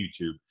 youtube